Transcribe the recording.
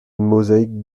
mosaïque